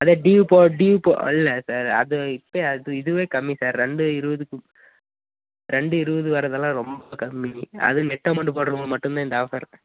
அதே டியூ போ டியூ போ அல்ல சார் அது இப்போயே அது இதுவே கம்மி சார் ரெண்டு இருபதுக்கு ரெண்டு இருபது வரதெல்லாம் ரொம்ப கம்மி அதுவும் நெட் அமௌண்ட்டு போட்றப்போ மட்டுந்தான் இந்த ஆஃபர்